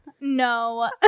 no